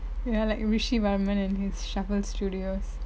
ya like rishi varman and his shuffle studios